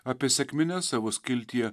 apie sekmines savo skiltyje